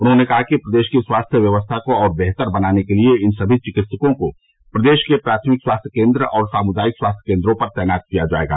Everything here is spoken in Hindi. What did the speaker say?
उन्होंने कहा कि प्रदेश की स्वास्थ्य व्यवस्था को और बेहतर करने के लिए इन सभी चिकित्सकों को प्रदेश के प्राथमिक स्वास्थ्य केन्द्र और सामुदायिक स्वास्थ्य केन्द्रों पर तैनात किया जायेगा